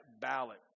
ballot